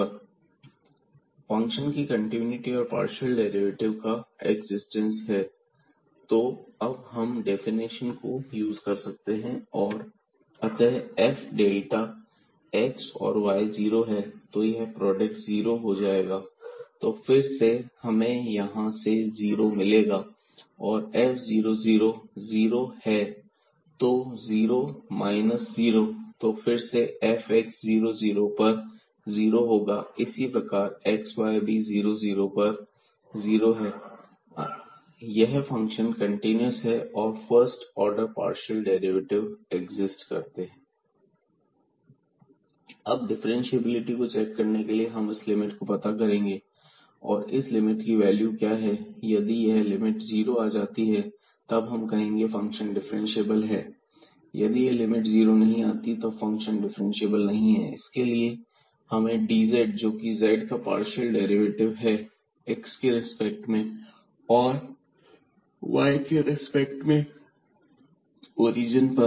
fxyxyxy≥0 0elsewhere function की continuity और partial derivative का एक्जिस्टेंस है तो अब हम डेफिनेशन को यूज कर सकते हैं अतः f डेल्टा x और y 0 है तो यह प्रोडक्ट जीरो हो जाएगा तो फिर से हमें यहां से जीरो मिलेगा और f00 0 है तो जीरो माइनस 0 तो फिर यह fx 00 पर जीरो होगा इसी प्रकार xy भी 00 पर 0 है यह फंक्शन कंटीन्यूअस है और first order partial derivative exist करते हैं xy→00xy0 fxx→0fx0 f00x0 fyy→0f0y f00y0 अब डिफरेंटशिएबिलिटी को चेक करने के लिए हम इस लिमिट को पता करेंगे कि इस लिमिट की वैल्यू क्या है यदि यह लिमिट जीरो आ जाती है तब हम कहेंगे कि फंक्शन डिफरेंशिएबल है यदि लिमिट जीरो नहीं आती है तब फंक्शन डिफ्रेंशिएबल नहीं है इसके लिए हमें dz जोकि z का पार्शियल डेरिवेटिव है x के रेस्पेक्ट में और y के रिस्पेक्ट ओरिजन पर